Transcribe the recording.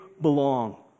belong